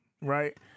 Right